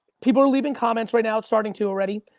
people are leaving comments right now, it's starting to already.